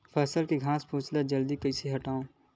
फसल के घासफुस ल जल्दी कइसे हटाव?